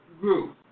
grew